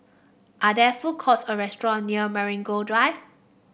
are there food courts or restaurant near Marigold Drive